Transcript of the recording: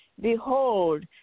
Behold